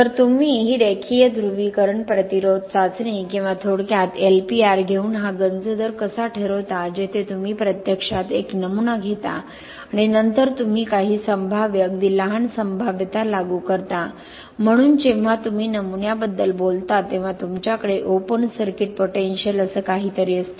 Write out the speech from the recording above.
तर तुम्ही ही रेखीय ध्रुवीकरण प्रतिरोध चाचणी किंवा थोडक्यात LPR घेऊन हा गंज दर कसा ठरवता जेथे तुम्ही प्रत्यक्षात एक नमुना घेता आणि नंतर तुम्ही काही संभाव्य अगदी लहान संभाव्यता लागू करता म्हणून जेव्हा तुम्ही नमुन्याबद्दल बोलता तेव्हा तुमच्याकडे ओपन सर्किट पोटेंशिअल असे काहीतरी असते